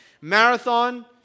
Marathon